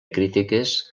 crítiques